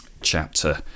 chapter